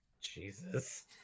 Jesus